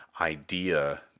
idea